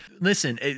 listen